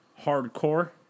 hardcore